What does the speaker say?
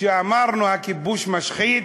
כשאמרנו שהכיבוש משחית.